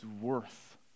worth